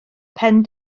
pen